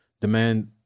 demand